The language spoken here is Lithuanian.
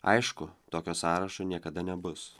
aišku tokio sąrašo niekada nebus